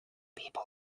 people